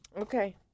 Okay